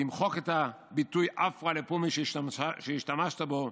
תמחק את הביטוי עפרא לפומיה שהשתמשת בו,